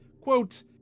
quote